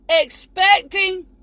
expecting